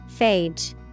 Phage